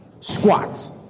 squats